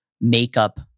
makeup